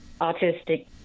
autistic